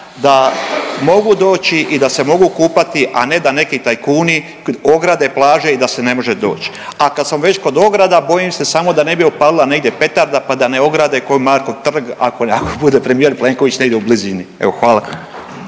da mogu doći i da se mogu kupati, a ne da neki tajkuni ograde plaže i da se ne može doći. A kad sam već kod ograda bojim se samo da ne bi opalila negdje petarda pa da ne ograde kao i Markov trg ako bude premijer Plenković negdje u blizini. Evo hvala.